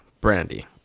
Brandy